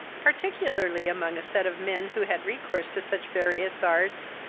particularly among a set of men who had recourse to such various arts,